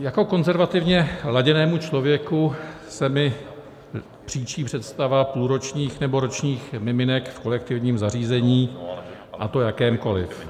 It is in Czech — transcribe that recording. Jako konzervativně laděnému člověku se mi příčí představa půlročních nebo ročních miminek v kolektivním zařízení, a to jakémkoliv.